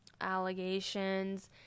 allegations